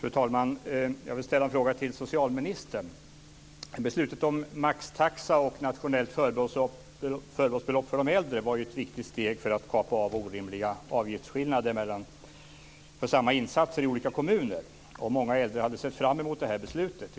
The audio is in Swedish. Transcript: Fru talman! Jag vill ställa en fråga till socialministern. Beslutet om maxtaxa och nationellt förbehållsbelopp för de äldre var ett viktigt steg för att kapa orimliga skillnader i avgifter för lika insatser mellan olika kommuner, och många äldre hade sett fram emot det beslutet.